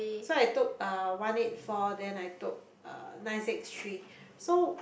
so I took uh one eight four then I took uh nine six three so